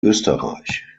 österreich